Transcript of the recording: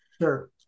Sure